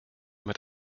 mit